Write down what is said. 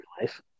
life